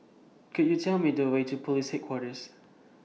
Could YOU Tell Me The Way to Police Headquarters